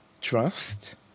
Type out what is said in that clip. trust